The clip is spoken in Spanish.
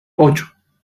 ocho